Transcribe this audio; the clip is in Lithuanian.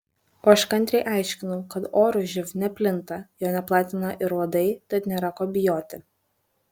o aš kantriai aiškinau kad oru živ neplinta jo neplatina ir uodai tad nėra ko bijoti